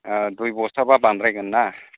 दुइ बस्थाबा बांद्रायगोन ना